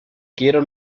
quiero